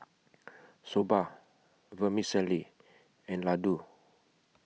Soba Vermicelli and Ladoo